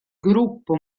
gruppo